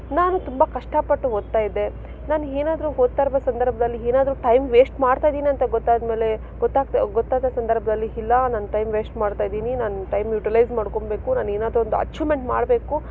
ನಾನು ತುಂಬ ಕಷ್ಟಪಟ್ಟು ಓದ್ತಾ ಇದ್ದೆ ನಾನು ಏನಾದರೂ ಓದ್ತಾ ಇರುವ ಸಂದರ್ಭದಲ್ಲಿ ಏನಾದರೂ ಟೈಮ್ ವೇಸ್ಟ್ ಮಾಡ್ತಾ ಇದ್ದೀನಿ ಅಂತ ಗೊತ್ತಾದಮೇಲೆ ಗೊತ್ತಾಗ್ತಾ ಗೊತ್ತಾಗೋ ಸಂದರ್ಭದಲ್ಲಿ ಇಲ್ಲ ನಾನು ಟೈಮ್ ವೇಸ್ಟ್ ಮಾಡ್ತಾ ಇದ್ದೀನಿ ನಾನು ಟೈಮ್ ಯುಟಿಲೈಸ್ ಮಾಡ್ಕೊಬೇಕು ನಾನು ಏನಾದರೂ ಒಂದು ಅಚೀವ್ಮೆಂಟ್ ಮಾಡಬೇಕು